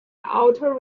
outer